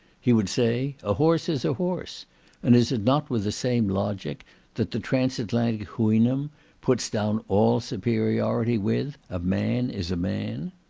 he would say, a horse is a horse and is it not with the same logic that the transatlantic houynnhnm puts down all superiority with a man is a man?